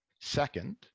Second